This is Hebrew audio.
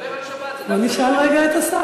לדבר על שבת זה דווקא דבר, נשמע רגע את השר.